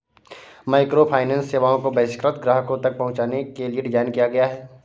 microfinance सेवाओं को बहिष्कृत ग्राहकों तक पहुंचने के लिए डिज़ाइन किया गया है